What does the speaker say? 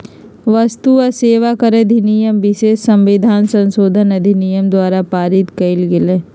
वस्तु आ सेवा कर अधिनियम विशेष संविधान संशोधन अधिनियम द्वारा पारित कएल गेल